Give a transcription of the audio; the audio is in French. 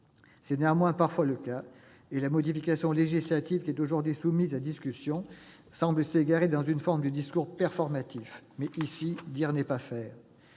C'est néanmoins parfois le cas, et la modification législative aujourd'hui soumise à notre examen semble s'égarer dans une forme de discours performatif. Mais, en l'occurrence, dire n'est pas faire